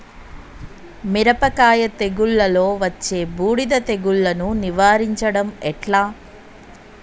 మిరపకాయ తెగుళ్లలో వచ్చే బూడిది తెగుళ్లను నివారించడం ఎట్లా?